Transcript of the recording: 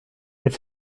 elle